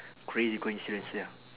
crazy coincidence ya